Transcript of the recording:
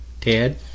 Ted